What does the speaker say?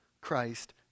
Christ